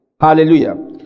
Hallelujah